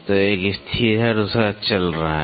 तो एक स्थिर है और दूसरा चल रहा है